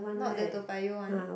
not the Toa-Payoh one